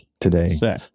Today